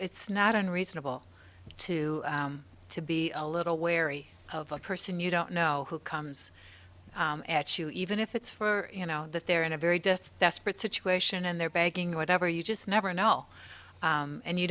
it's not unreasonable to to be a little wary of a person you don't know who comes at you even if it's for you know that they're in a very distressed but situation and they're begging or whatever you just never know and you